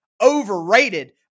overrated